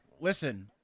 Listen